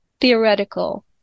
theoretical